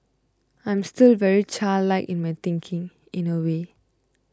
I'm still very childlike in my thinking in a way